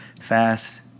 fast